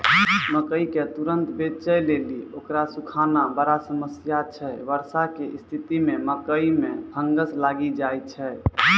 मकई के तुरन्त बेचे लेली उकरा सुखाना बड़ा समस्या छैय वर्षा के स्तिथि मे मकई मे फंगस लागि जाय छैय?